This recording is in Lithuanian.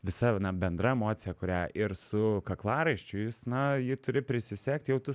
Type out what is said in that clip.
visa bendra emocija kurią ir su kaklaraiščiu jis na jį turi prisisegti jau tu